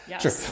Sure